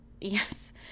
Yes